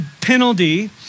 penalty